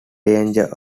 danger